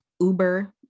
Uber